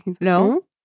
No